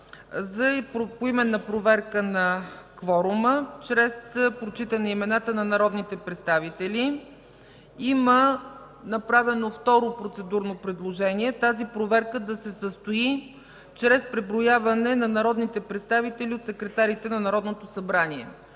поименна проверка на кворума чрез прочитане имената на народните представители. Има направено второ процедурно предложение тази проверка да се състои чрез преброяване на народните представители от секретарите на Народното събрание.